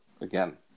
again